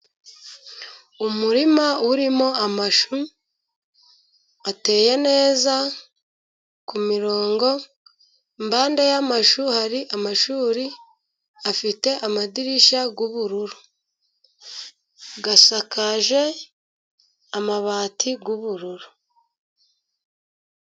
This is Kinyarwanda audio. Umurima urimo amashu ateye neza ku mirongo, impande y'amashu hari amashuri afite amadirishya y'ubururu, asakaje amabati y'ubururu.